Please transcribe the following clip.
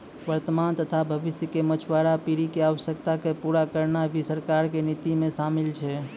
वर्तमान तथा भविष्य के मछुआरा पीढ़ी के आवश्यकता क पूरा करना भी सरकार के नीति मॅ शामिल छै